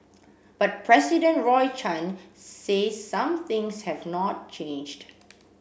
but President Roy Chan says some things have not changed